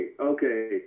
okay